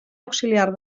auxiliar